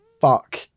fuck